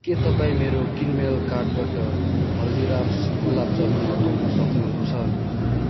के तपाईँ मेरो किनमेल कार्टबाट हल्दीराम्स गुलाब जामुन हटाउन सक्नुहुन्छ